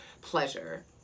pleasure